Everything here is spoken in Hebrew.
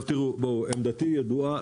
תראו, עמדתי ידועה